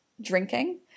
Drinking